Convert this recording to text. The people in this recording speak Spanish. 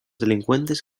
delincuentes